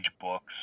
books